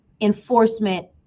enforcement